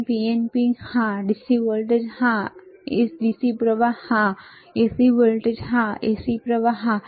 NPN PNP હા DC voltage હા DC પ્રવાહ હા AC વોલ્ટેજ હા AC પ્રવાહ હા